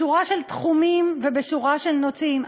בשורה של תחומים ובשורה של נושאים.